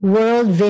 World